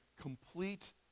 complete